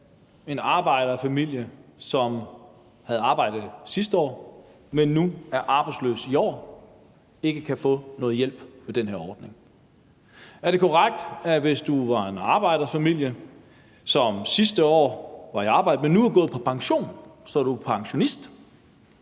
en arbejderfamilie, som havde arbejde sidste år, men er arbejdsløse i år, ikke kan få nogen hjælp gennem den her ordning? Er det korrekt, at hvis man tilhører en arbejderfamilie og sidste år var i arbejde, men nu er gået på pension, så man nu er pensionist